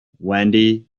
wendy